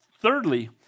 Thirdly